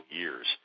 years